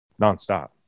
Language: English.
nonstop